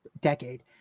decade